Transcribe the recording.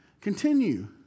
continue